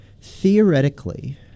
theoretically